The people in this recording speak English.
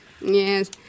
Yes